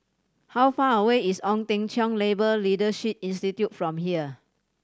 how far away is Ong Teng Cheong Labour Leadership Institute from here